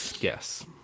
Yes